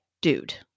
dude